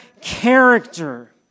character